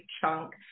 chunk